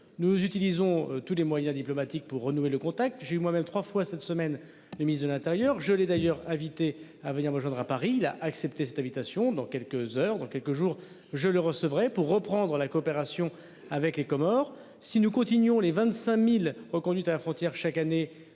Nous utilisons tous les moyens diplomatiques pour renouer le contact, j'ai eu moi-même 3 fois cette semaine. Le ministre de l'Intérieur, je l'ai d'ailleurs invité à venir me rejoindre. À Paris, il a accepté cette invitation dans quelques heures, dans quelques jours, je le recevrai pour reprendre la coopération avec les Comores. Si nous continuons les 25.000 reconduites à la frontière. Chaque année,